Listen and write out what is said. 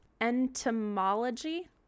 Entomology